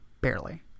barely